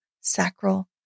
sacral